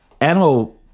animal